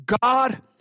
God